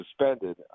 suspended